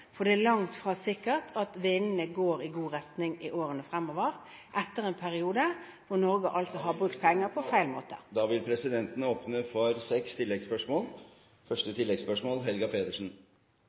for det er langt fra sikkert at vindene blåser i god retning i årene fremover, etter en periode hvor Norge har brukt penger på feil måte. Presidenten vil åpne for seks oppfølgingsspørsmål – først Helga Pedersen.